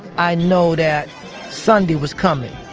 i know that sunday was coming.